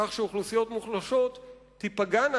כך שאוכלוסיות מוחלשות תיפגענה,